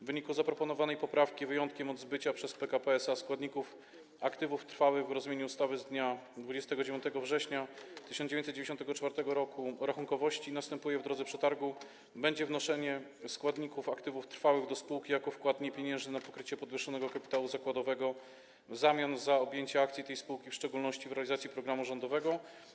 W wyniku zaproponowanej poprawki wyjątkiem od zbycia przez PKP SA składników aktywów trwałych w rozumieniu ustawy z dnia 29 września 1994 r. o rachunkowości w drodze przetargu będzie wnoszenie składników aktywów trwałych do spółki jako wkładu niepieniężnego na pokrycie podwyższonego kapitału zakładowego w zamian za objęcie akcji tej spółki, w szczególności w celu realizacji programu rządowego.